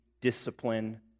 discipline